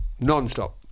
Non-stop